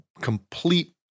complete